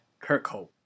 Kirkhope